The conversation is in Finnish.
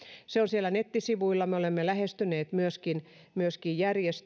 se on siellä nettisivuilla me olemme lähestyneet myöskin myöskin